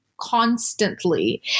constantly